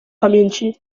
pamięci